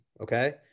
Okay